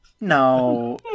No